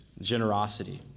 generosity